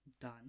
done